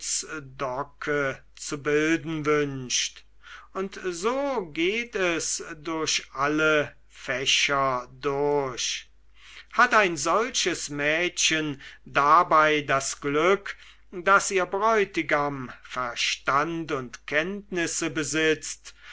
zu bilden wünscht und so geht es durch alle fächer durch hat ein solches mädchen dabei das glück daß ihr bräutigam verstand und kenntnisse besitzt